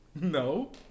No